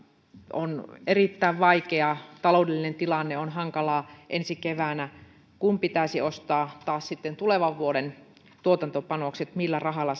on erittäin vaikea taloudellinen tilanne on hankalaa ensi keväänä kun pitäisi ostaa sitten taas tulevan vuoden tuotantopanokset millä rahalla